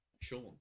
Sean